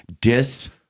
dis